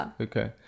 okay